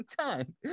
time